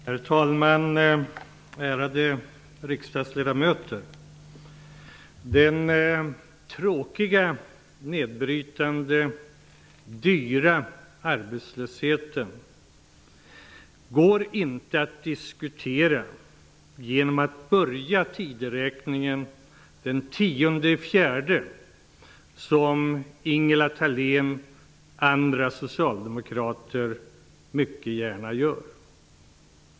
Herr talman! Ärade riksdagsledamöter! Den tråkiga, nedbrytande och dyra arbetslösheten går inte att diskutera om man börjar tideräkningen den 10 april, som Ingela Thalén och andra socialdemokrater mycket gärna gör.